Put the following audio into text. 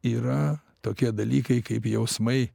yra tokie dalykai kaip jausmai